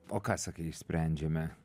o ką sakai išsprendžiame